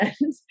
and-